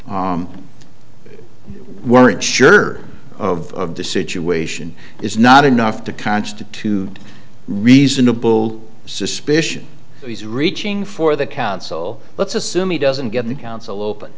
weren't sure of the situation is not enough to constitute reasonable suspicion that he's reaching for the council let's assume he doesn't get the council open